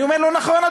אני אומר לו: נכון,